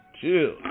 Chill